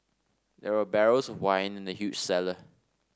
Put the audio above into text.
there were barrels of wine in the huge cellar